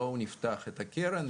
בואו נפתח את הקרן,